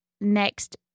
next